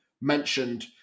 mentioned